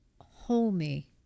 homey